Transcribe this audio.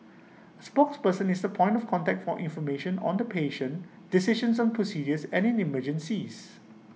A spokesperson is the point of contact for information on the patient decisions on procedures and in emergencies